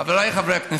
חבריי חברי הכנסת,